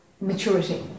maturity